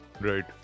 Right